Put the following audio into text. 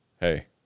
Hey